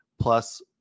Plus